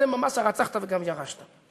זה ממש "הרצחת וגם ירשת".